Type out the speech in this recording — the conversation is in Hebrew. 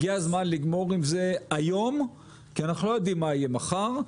הגיע הזמן לגמור עם זה היום כי אנחנו לא יודעים מה יהיה מחר.